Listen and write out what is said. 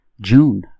June